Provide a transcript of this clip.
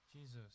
Jesus